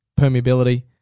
permeability